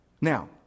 Now